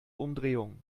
umdrehung